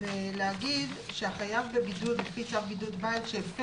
ולומר שהחייב בבידוד לפי צו בידוד בית שהפר